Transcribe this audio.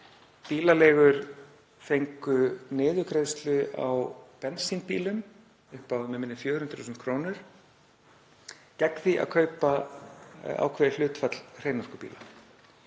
bílaleigur fengu niðurgreiðslu á bensínbílum upp á 400.000 kr. gegn því að kaupa ákveðið hlutfall hreinorkubíla.